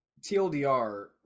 TLDR